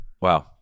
Wow